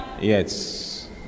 Yes